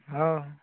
हो